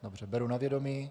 Dobře, beru na vědomí.